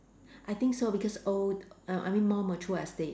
I think so because old uh I mean more mature estate